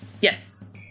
Yes